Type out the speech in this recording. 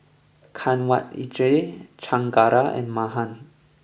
Kanwaljit Chengara and Mahan